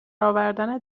آوردن